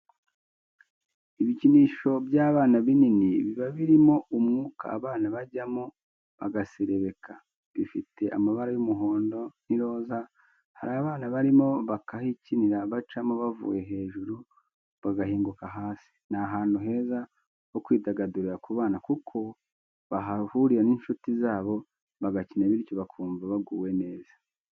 Ibikinisho by'abana binini biba birimo umwuka abana bajyamo bagaserebeka, bifite amabara y'umuhondo n'iroza hari abana barimo bahakinira bacamo bavuye hejuru bagahinguka hasi ni ahantu heza ho kwidagadurira ku bana kuko bahahurira n'inshuti zabo bagakina bityo bakumva baguwe neza.